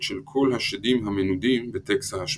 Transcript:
של כל השדים המנודים בטקסט ההשבעה.